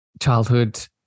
childhood